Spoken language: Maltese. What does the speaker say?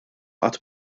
qatt